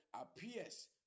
appears